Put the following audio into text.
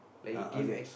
uh ah okay